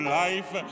life